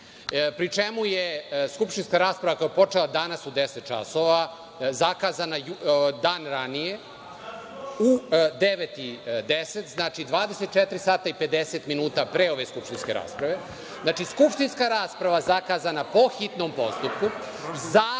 pri čemu je skupštinska rasprava, koja je počela danas u 10.00 časova, zakazana dan ranije u 09.10 časova. Znači, 24 sata i 50 minuta pre ove skupštinske rasprave. Znači, skupštinska rasprava zakazana je po hitnom postupku.